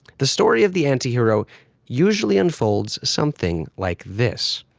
the story of the anti-hero usually unfolds something like this.